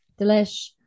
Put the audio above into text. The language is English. Delish